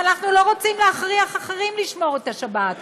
אבל אנחנו לא רוצים להכריח אחרים לשמור את השבת.